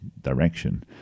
direction